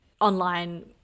online